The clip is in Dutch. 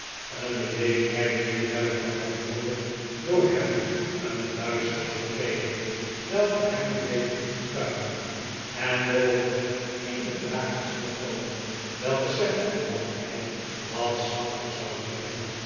een beleefdheid die weller beantwoordde door hem een vuistslag te geven welke hem deed omtuimelen en boven op een der dragers neerkomen welken sam opdat hij wat zachter zou liggen